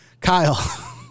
Kyle